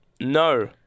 No